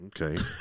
okay